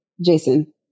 Jason